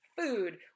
Food